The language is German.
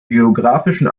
geographischen